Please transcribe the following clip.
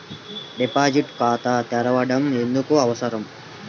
Deposit ఖాతా తెరవడం ఎందుకు అవసరం?